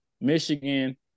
Michigan